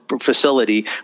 facility